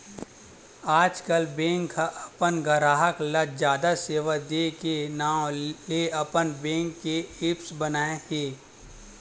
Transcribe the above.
आजकल बेंक ह अपन गराहक ल जादा सेवा दे के नांव ले अपन बेंक के ऐप्स बनाए हे